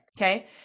okay